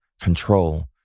control